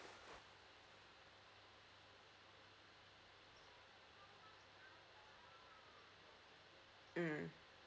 mm